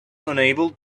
unable